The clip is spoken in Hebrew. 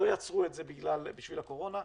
לא יצרו את זה בשביל הקורונה.